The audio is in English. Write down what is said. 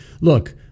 look